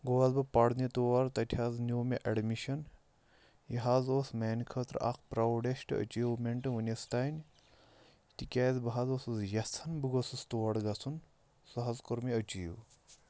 گوس بہٕ پرنہِ تور تَتہِ حظ نیوٗ مےٚ اٮ۪ڈمِشن یہِ حظ اوس میٛانہِ خٲطرٕ اکھ پرٛاوڈٮ۪سٹ أچیٖومٮ۪نٛٹ وُنِس تام تِکیٛازِ بہٕ حظ اوسُس یژھان بہٕ گوٚژھُس تور گژھُن سُہ حظ کوٚر مےٚ أچیٖو